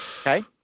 Okay